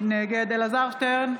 נגד אלעזר שטרן,